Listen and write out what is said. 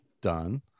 done